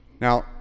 Now